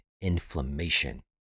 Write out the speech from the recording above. inflammation